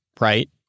right